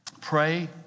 Pray